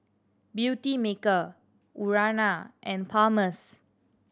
Beautymaker Urana and Palmer's